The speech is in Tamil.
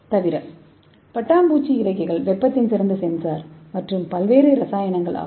தவிர பட்டாம்பூச்சி இறக்கைகள் வெப்பத்தின் சிறந்த சென்சார் மற்றும் பல்வேறு இரசாயனங்கள் ஆகும்